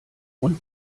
und